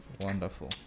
Wonderful